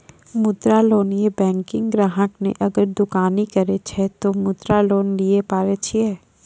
मुद्रा लोन ये बैंक ग्राहक ने अगर दुकानी करे छै ते मुद्रा लोन लिए पारे छेयै?